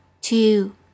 two